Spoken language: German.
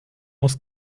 muss